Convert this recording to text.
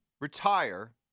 retire